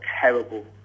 terrible